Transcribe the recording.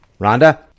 Rhonda